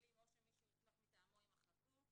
המילים "או מי שהוסמך מטעמו" יימחקו.